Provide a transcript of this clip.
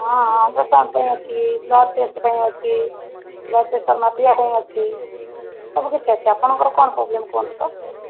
ହଁ ହଁ ଅଲ୍ଟ୍ରାସାଉଣ୍ଡ ପାଇଁ ଅଛି ବ୍ଲଡ଼ ଟେଷ୍ଟ ପାଇଁ ଅଛି ବ୍ଲଡ଼ ପ୍ରେସର ମାପିବାପାଇଁ ଅଛି ସବୁ କିଛି ଅଛି ଆପଣଙ୍କର କ'ଣ ପ୍ରୋବ୍ଲେମ କୁହନ୍ତୁ ତ